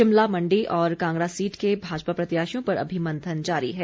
शिमला मंडी और कांगड़ा सीट के भाजपा प्रत्याशियों पर अभी मंथन जारी है